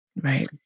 Right